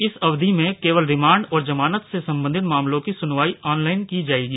इस अवधि में केवल रिमांड और जमानत से संबंधित मामलों की सुनवाई ऑनलाइन की जाएगी